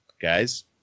guys